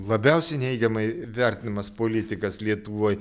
labiausiai neigiamai vertinamas politikas lietuvoj